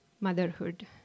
motherhood